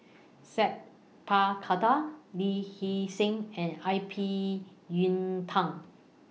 Sat Pal Khattar Lee Hee Seng and I P Yiu Tung